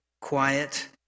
quiet